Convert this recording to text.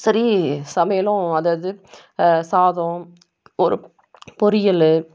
சரி சமையலும் அது அது சாதம் ஒரு பொரியல்